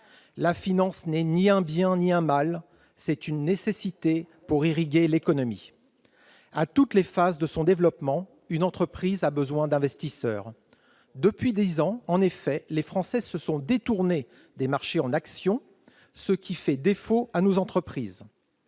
La finance n'est ni un bien ni un mal, c'est une nécessité pour irriguer l'économie. À toutes les phases de son développement, une entreprise a besoin d'investisseurs. Or, depuis dix ans, les Français se sont détournés des marchés en actions, ce qui fait défaut à nos entreprises.